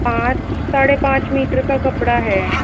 पाँच साढ़े पाँच मीटर का कपड़ा है